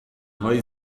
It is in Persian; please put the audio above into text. های